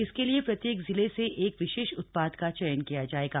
इसके लिये प्रत्येक जिले से एक विशेष उत्पाद का चयन किया जाएगा